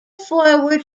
forward